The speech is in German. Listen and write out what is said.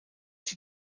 die